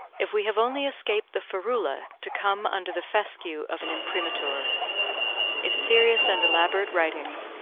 if we have only escaped the ferula to come under the fescue of an imprimatur if serious and elaborate writings,